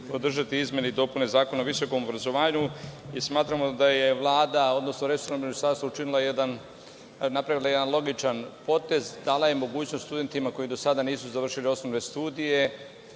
podržati izmene i dopune Zakona o visokom obrazovanju. Smatramo da je Vlada, odnosno resorno ministarstvo, napravila jedan logičan potez, dala je mogućnost studentima koji do sada nisu završili osnovne studije